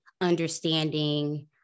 understanding